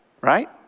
right